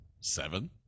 seven